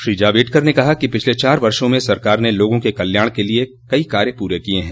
श्री जावेडकर ने कहा कि पिछले चार वर्षो में सरकार ने लोगों के कल्याण के लिए कई कार्य पूरे किये हैं